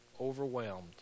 overwhelmed